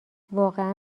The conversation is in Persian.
واقعا